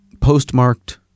Postmarked